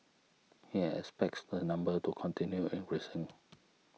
he expects the number to continue increasing